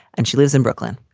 and she lives in brooklyn.